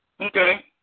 Okay